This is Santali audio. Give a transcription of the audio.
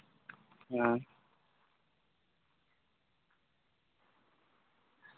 ᱦᱮᱸ